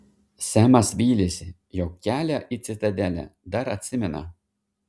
semas vylėsi jog kelią į citadelę dar atsimena